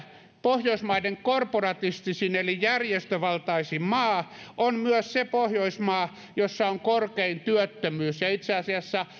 pohjoismaiden korporatistisin eli järjestövaltaisin maa on myös se pohjoismaa jossa on korkein työttömyys ja itse asiassa